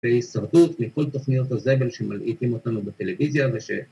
‫שהיא הישרדות מכל תוכניות הזבל ‫שמלאיתם אותנו בטלוויזיה וש...